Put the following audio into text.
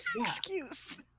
excuse